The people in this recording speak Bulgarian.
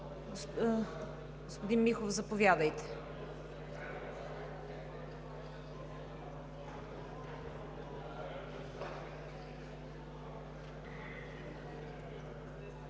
Господин Михов, заповядайте.